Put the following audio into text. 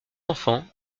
enfants